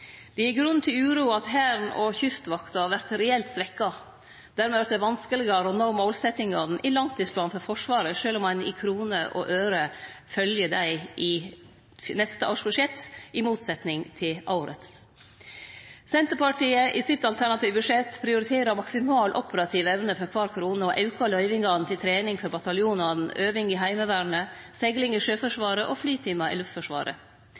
Det gir grunn til uro at Hæren og Kystvakta vert reelt svekte. Dermed vert det vanskelegare å nå målsetjingane i langtidsplanen for Forsvaret sjølv om ein i kroner og øre følgjer dei i neste års budsjett, i motsetning til årets. Senterpartiet prioriterer i det alternative budsjettet maksimal operativ evne for kvar krone, og aukar løyvingane til trening for bataljonane, øving i Heimevernet, segling i Sjøforsvaret og flytimar i Luftforsvaret.